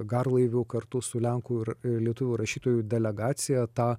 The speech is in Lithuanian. garlaiviu kartu su lenkų ir lietuvių rašytojų delegacija tą